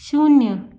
शून्य